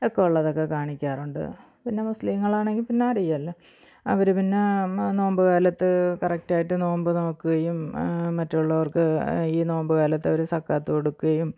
ഒക്കെയുള്ളതൊക്കെ കാണിക്കാറുണ്ട് പിന്നെ മുസ്ലീങ്ങളാണെങ്കിൽ പിന്നെ അറിയാലോ അവർ പിന്നെ നോമ്പു കാലത്ത് കറക്റ്റായിട്ടു നോമ്പ് നോക്കുകയും മറ്റുള്ളവർക്ക് ഈ നോമ്പു കാലത്ത് അവർ സക്കാത്ത് കൊടുക്കുകയും